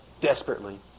desperately